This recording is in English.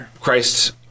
Christ